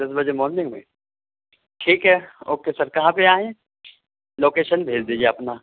دس بجے مارننگ میں ٹھیک ہے اوکے سر کہاں پے آئیں لوکیشن بھیج دیجیے اپنا